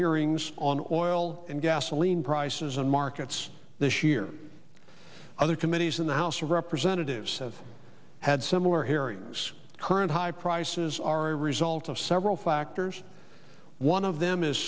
hearings on oil and gasoline prices in markets this year other committees in the house of representatives have had similar hairiness current high prices are a result of several factors one of them is